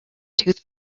tooth